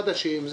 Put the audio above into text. אנחנו חדשים,